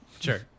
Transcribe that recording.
Sure